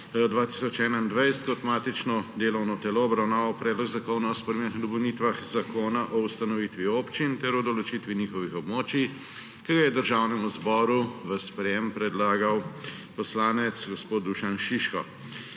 2021 kot matično delovno telo obravnaval Predlog zakona o spremembah in dopolnitvah Zakona o ustanovitvi občin ter o določitvi njihovih območij, ki ga je Državnemu zboru v sprejetje predlagal poslanec gospod Dušan Šiško.